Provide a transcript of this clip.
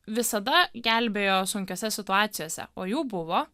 visada gelbėjo sunkiose situacijose o jų buvo